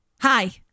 hi